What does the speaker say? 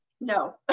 no